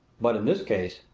but in this case,